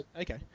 Okay